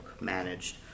managed